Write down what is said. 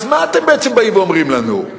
אז מה אתם בעצם באים ואומרים לנו,